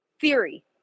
Theory